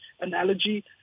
analogy